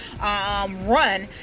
run